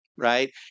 Right